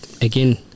again